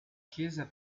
chiesa